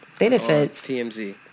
TMZ